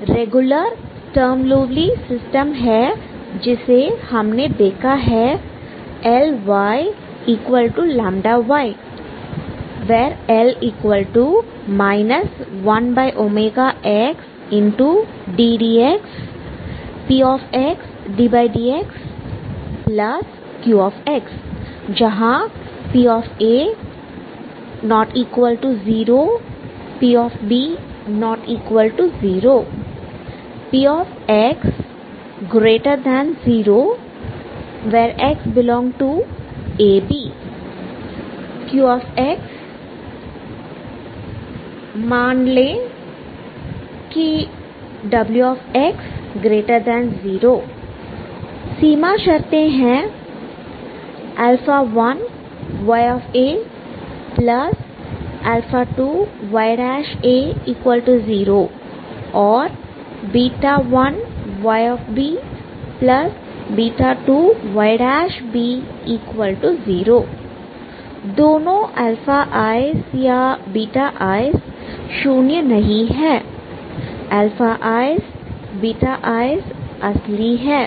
यह regular Sturm Liouville system है जिसे हमने देखा है Ly λy L 1w ddx pxddxq जहां pa≠0 p≠0 px0 x ∈ab qx मान लो कि wx0 सीमा शर्ते हैं 1y a 2y a0 और 1y b 2y b0 दोनों isया is शून्य नहीं है is is असली है